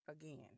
again